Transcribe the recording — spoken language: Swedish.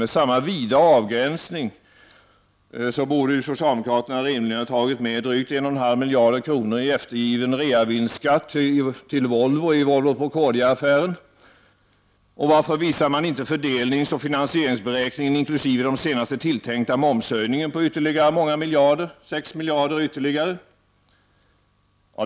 Med samma vida avgränsning borde socialdemokraterna rimligen ha tagit med drygt 1,5 miljarder kronor i eftergiven reavinstskatt till Volvo i Volvo Procordia-affären. Och varför visar man inte fördelningsoch finansieringsberäkningen inkl. den senast tilltänkta momshöjningen på ytterligare 6 miljarder?